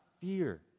fear